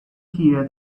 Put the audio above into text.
hear